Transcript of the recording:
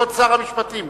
כבוד שר המשפטים.